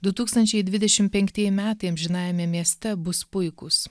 du tūkstančiai dvidešim penktieji metai amžinajame mieste bus puikūs